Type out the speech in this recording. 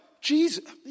Jesus